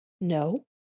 No